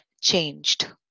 changed